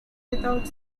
without